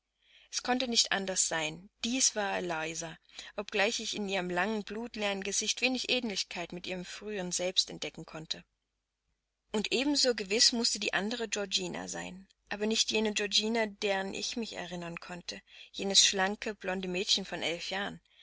es konnte nicht anders sein dies war eliza obgleich ich in ihrem langen blutleeren gesicht wenig ähnlichkeit mit ihrem früheren selbst entdecken konnte und ebenso gewiß mußte die andere georgina sein aber nicht jene georgina deren ich mich erinnern konnte jenes schlanke blonde mädchen von